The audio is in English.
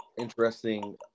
interesting